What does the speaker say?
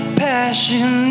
passion